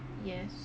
yes